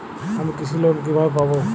আমি কৃষি লোন কিভাবে পাবো?